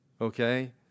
okay